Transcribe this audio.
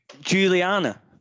Juliana